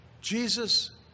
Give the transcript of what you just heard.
Jesus